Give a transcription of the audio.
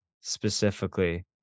specifically